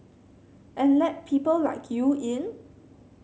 and let people like you in